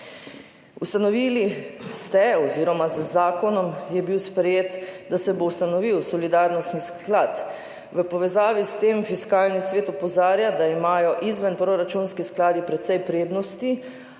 Ustanovili ste oziroma z zakonom je bilo sprejeto, da se bo ustanovil solidarnostni sklad. V povezavi s tem Fiskalni svet opozarja, da imajo izvenproračunski skladi precej prednosti,